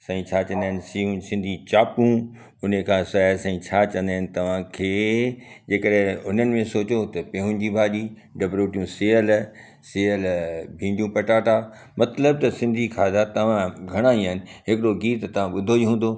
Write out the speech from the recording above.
साईं छा चवंदा आहिनि सिंधी चापूं उन खां सवाइ साईं छा चवंदा आहिनि तव्हांखे जेकॾहिं उन्हनि में सोचियूं त पिहोन जी भाॼी ढॿल रोटियूं सेअल सेअल भींडियूं पटाटा मतिलबु त सिंधी खाधा तमामु घणा ई आहिनि हिकिड़ो गीत तव्हां ॿुधो ई हूंदो